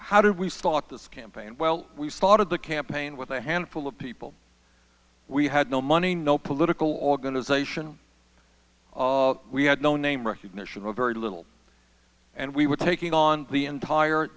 how do we start this campaign well we started the campaign with a handful of people we had no money no political organization we had no name recognition or very little and we were taking on the entire